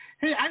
Hey